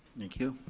thank you.